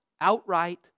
outright